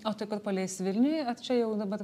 o tai kur paleis vilniuj ar čia jau dabar